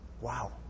Wow